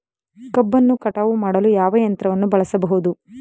ಕಬ್ಬನ್ನು ಕಟಾವು ಮಾಡಲು ಯಾವ ಯಂತ್ರವನ್ನು ಬಳಸಬಹುದು?